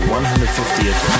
150th